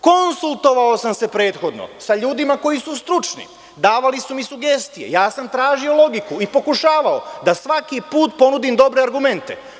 Konsultovao sam se prethodno sa ljudima koji su stručni, davali su mi sugestije, ja sam tražio logiku i pokušavao da svaki put ponudim dobre argumente.